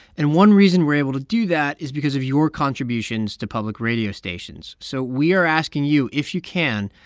and one reason we're able to do that is because of your contributions to public radio stations. so we are asking you, if you can,